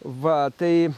va tai